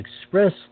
express